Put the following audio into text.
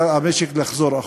המשק יתחיל לחזור אחורה.